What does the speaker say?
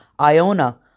Iona